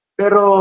pero